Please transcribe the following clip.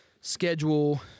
schedule